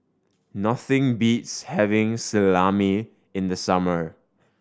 nothing beats having Salami in the summer